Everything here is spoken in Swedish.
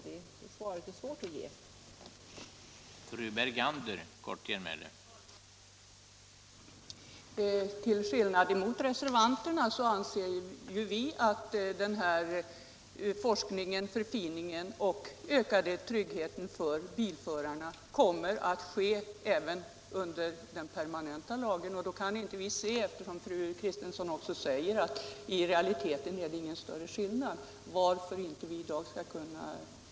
Det beskedet är svårt att ge.